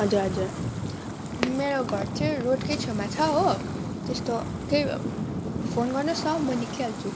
हजुर हजुर मेरो घर चाहिँ रोडकै छेउमा छ हो त्यस्तो केही फोन गर्नुहोस् न म निक्लिहाल्छु